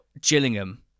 Gillingham